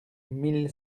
mille